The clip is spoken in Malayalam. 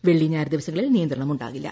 വെള്ളി ഞായർ ദിവസങ്ങളിൽ നിയന്ത്രണിമൂണ്ടാകില്ല